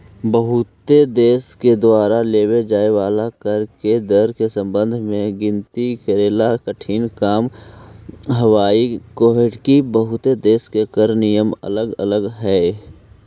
बहुते देश के द्वारा लेव जाए वाला कर के दर के संबंध में गिनती करेला कठिन काम हावहई काहेकि बहुते देश के कर नियम अलग अलग हई